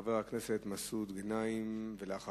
חבר הכנסת מסעוד גנאים, בבקשה.